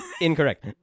Incorrect